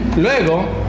luego